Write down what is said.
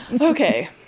Okay